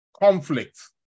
Conflict